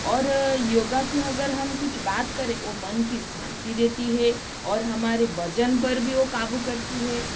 और योगा कि अगर हम कुछ बात करें ओ मन की शांति देती है और हमारे वजन पर भी ओ काबू करती है और